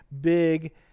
big